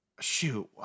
shoot